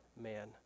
man